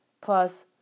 plus